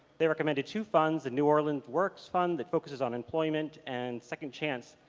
they recommended two funds the new orleans works fund that focuses on employment and second chance,